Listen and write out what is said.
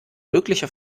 mögliche